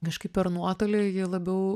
kažkaip per nuotolį ji labiau